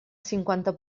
cinquanta